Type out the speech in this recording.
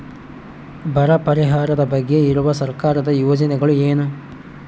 ಬರ ಪರಿಹಾರದ ಬಗ್ಗೆ ಇರುವ ಸರ್ಕಾರದ ಯೋಜನೆಗಳು ಏನು?